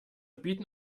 bieten